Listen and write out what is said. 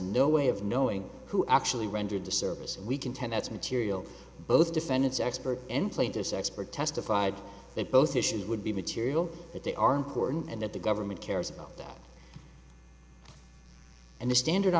no way of knowing who actually rendered the service and we contend that's material both defendants expert and plaintiffs expert testified that both issues would be material that they are important and that the government cares about them and the standard